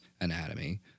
anatomy